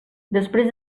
després